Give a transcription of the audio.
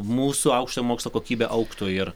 mūsų aukštojo mokslo kokybė augtų ir